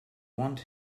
want